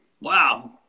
Wow